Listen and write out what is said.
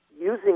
using